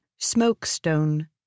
smokestone